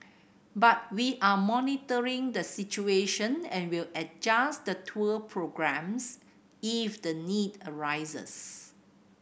but we are monitoring the situation and will adjust the tour programmes if the need arises